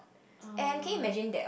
I'm a